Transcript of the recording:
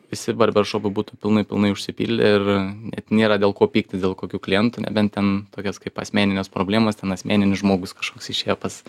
visi barberšopai būtų pilnai pilnai užsipildę ir net nėra dėl ko pyktis dėl kokių klientų nebent ten tokios kaip asmeninės problemos ten asmeninis žmogus kažkoks išėjo pas